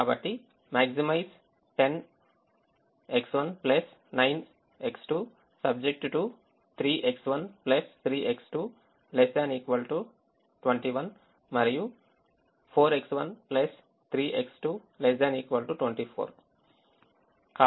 కాబట్టి maximize 10X19X2 subject to 3X13X2 ≤ 21 and 4X13X2 ≤ 24